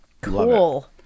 cool